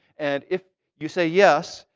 and if you say yes,